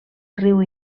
riu